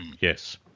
yes